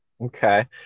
Okay